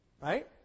Right